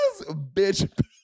bitch